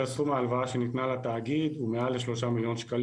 סכום ההלוואה שניתנה לתאגיד הוא מעל שלושה מיליון ₪.